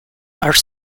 are